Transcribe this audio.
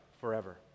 forever